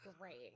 great